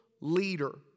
leader